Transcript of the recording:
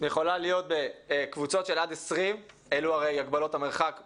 יכולה להיות בקבוצות של עד 20 אנשים אלו הגבלות המרחק בחוץ,